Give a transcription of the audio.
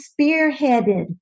spearheaded